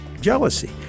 jealousy